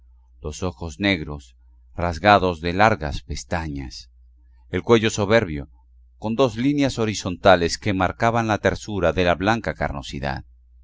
los ojos negros rasgados de largas pestañas el cuello soberbio con dos líneas horizontales que marcaban la tersura de la blanca carnosidad